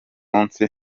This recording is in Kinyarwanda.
munsi